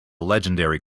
legendary